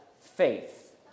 faith